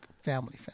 family